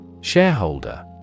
Shareholder